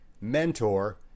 mentor